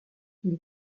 ils